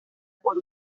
por